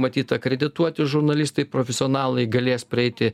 matyt akredituoti žurnalistai profesionalai galės prieiti